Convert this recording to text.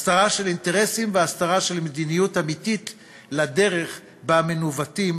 הסתרה של אינטרסים והסתרה של מדיניות אמיתית לדרך שבה מנווטים